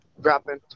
dropping